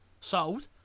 sold